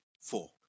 Four